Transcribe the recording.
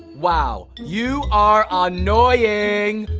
wow. you are are annoying.